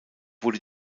wurde